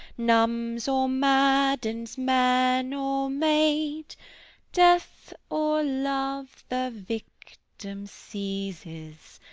numbs or maddens man or maid death or love the victim seizes,